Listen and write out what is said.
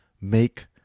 make